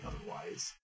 otherwise